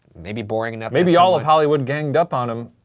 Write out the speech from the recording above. maybe boring enough maybe all of hollywood ganged up on him